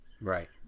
Right